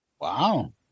Wow